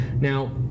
Now